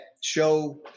show